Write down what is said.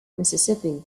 mississippi